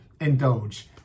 indulge